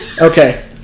okay